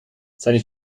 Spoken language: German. seine